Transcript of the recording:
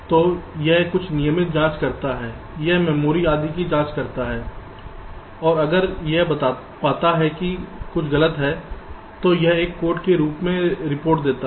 तो यह कुछ नियमित जाँच करता है यह मेमोरी आदि की जाँच करता है और अगर यह पाता है कि कुछ गलत है तो यह एक कोड के साथ रिपोर्ट करता है